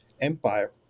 empire